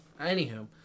anywho